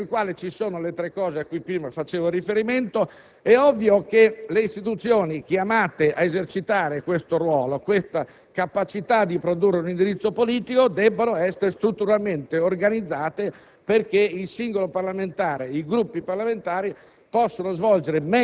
In un contesto che vede le situazioni a cui prima facevo riferimento, è ovvio che le istituzioni chiamate ad esercitare un ruolo e una capacità di produrre un indirizzo politico debbano essere strutturalmente organizzate perché i singoli parlamentari e i Gruppi parlamentari